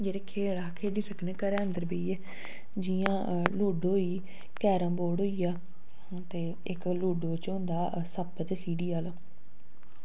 जेह्ड़े खेल अस खेढी सकने आं घऱै अन्धर बेहियै जियां लूड्डो होई कैरम बोर्ड होइया ते इक ओह् लूड्डो च होंदा सप्प ते सीढ़ी आह्ला